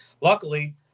Luckily